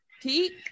Pete